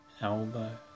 elbow